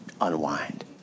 unwind